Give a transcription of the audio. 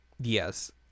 Yes